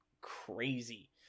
crazy